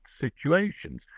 situations